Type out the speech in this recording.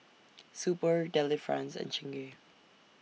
Super Delifrance and Chingay